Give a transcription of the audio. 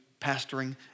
pastoring